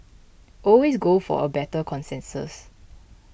always go for a better consensus